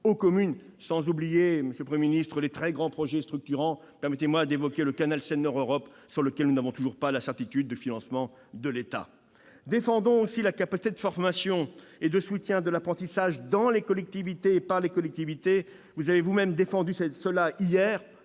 aux communes, sans oublier les très grands projets structurants : permettez-moi d'évoquer le canal Seine-Nord Europe, pour lequel nous n'avons toujours pas de certitude quant au financement de l'État. Défendons aussi la capacité de formation et de soutien à l'apprentissage dans les collectivités et par les collectivités ; vous avez vous-même prôné cette